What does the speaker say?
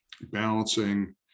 balancing